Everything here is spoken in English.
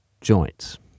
joints